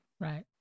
Right